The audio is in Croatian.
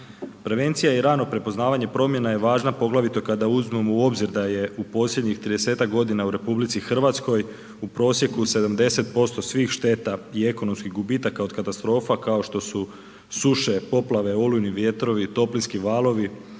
Prevencija i rano prepoznavanje promjena je važna poglavito kada uzmemo u obzir da je u posljednjih 30-tak godina u RH u prosjeku 70% svih šteta i ekonomskih gubitaka od katastrofa kao što su suše, poplave, olujni vjetrovi, toplinski valovi,